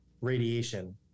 Radiation